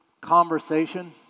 conversation